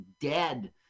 dead